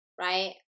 right